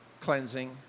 cleansing